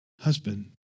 husband